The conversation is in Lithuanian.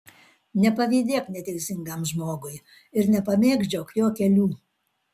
nepavydėk neteisingam žmogui ir nepamėgdžiok jo kelių